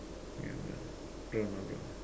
ya blonde blonde ah blonde